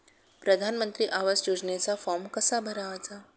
प्रधानमंत्री आवास योजनेचा फॉर्म कसा भरायचा?